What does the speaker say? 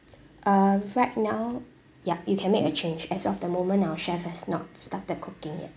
uh right now yup you can make a change as of the moment our chef has not started cooking yet